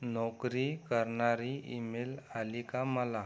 नोकरी करणारी ईमेल आली का मला